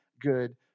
good